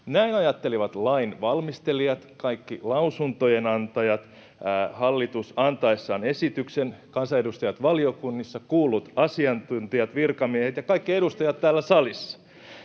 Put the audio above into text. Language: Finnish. Näin ajattelivat lain valmistelijat, kaikki lausuntojen antajat, hallitus antaessaan esityksen, kansanedustajat valiokunnissa, kuullut asiantuntijat, virkamiehet ja kaikki edustajat täällä salissa.